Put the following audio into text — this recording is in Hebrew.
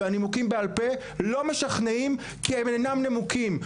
והנימוקים בעל פה לא משכנעים כי אינם נימוקים.